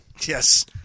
Yes